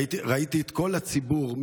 ראיתי את כל הציבור,